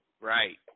Right